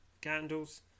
candles